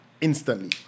instantly